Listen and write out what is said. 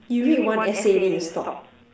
you read one essay then you stop